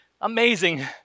Amazing